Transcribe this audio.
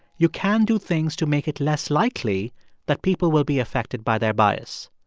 you can do things to make it less likely that people will be affected by their bias.